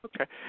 Okay